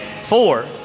Four